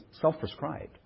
self-prescribed